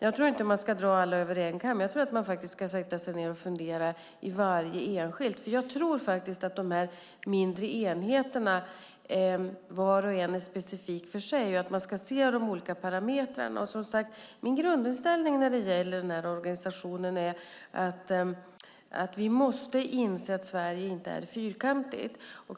Jag tror inte att man ska dra alla över en kam. Jag tror att man ska sätta sig ned och fundera i varje enskilt fall. För jag tror faktiskt att de här mindre enheterna, var och en, är specifika och att man ska se de olika parametrarna. Och, som sagt, min grundinställning när det gäller den här organisationen är att vi måste inse att Sverige inte är fyrkantigt.